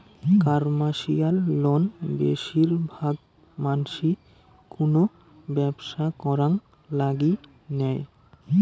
commercial loan বেশির ভাগ মানসি কুনো ব্যবসা করাং লাগি নেয়